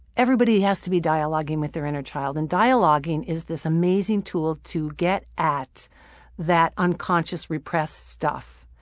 everybody has to be dialoging with their inner child. and dialoging is this amazing tool to get at that unconscious repressed stuff.